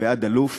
ועד אלוף.